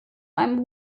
einem